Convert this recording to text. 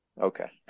okay